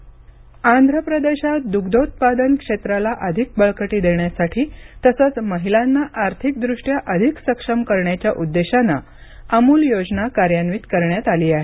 आंध्र प्रदेश आंध्र प्रदेशात दुग्धोत्पादन क्षेत्राला अधिक बळकटी देण्यासाठी तसंच महिलांना आर्थिकदृष्ट्या अधिक सक्षम करण्याच्या उद्देशाने अमूल योजना कार्यान्वित करण्यात आली आहे